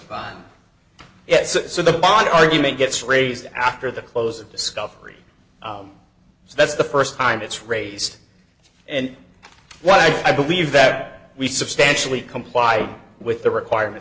about yes so the bond argument gets raised after the close of discovery so that's the st time it's raised and what i believe that we substantially comply with the requirements